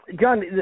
John